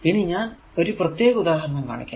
ഇനി ഞാൻ ഒരു പ്രത്യേക ഉദാഹരണം കാണിക്കാം